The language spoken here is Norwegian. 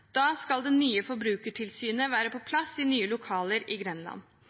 Da skal det nye Forbrukertilsynet være på plass i nye lokaler i Grenland.